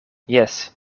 jes